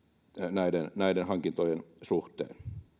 näiden näiden hankintojen suhteen